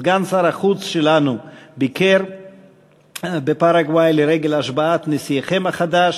סגן שר החוץ שלנו ביקר בפרגוואי לרגל השבעת נשיאכם החדש.